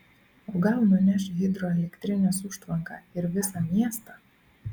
o gal nuneš hidroelektrinės užtvanką ir visą miestą